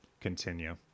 continue